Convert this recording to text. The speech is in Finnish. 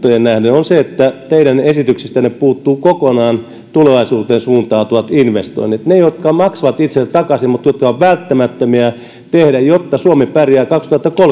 on se että teidän esityksistänne puuttuvat kokonaan tulevaisuuteen suuntautuvat investoinnit ne jotka maksavat itsensä takaisin mutta jotka ovat välttämättömiä tehdä jotta suomi pärjää kaksituhattakolmekymmentä